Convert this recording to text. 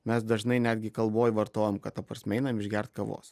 mes dažnai netgi kalboj vartojam kad ta prasme einam išgert kavos